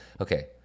okay